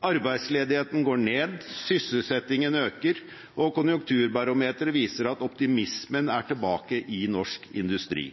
Arbeidsledigheten går ned, sysselsettingen øker, og konjunkturbarometeret viser at optimismen er tilbake i norsk industri.